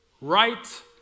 right